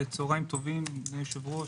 צוהריים טובים ליושב-ראש,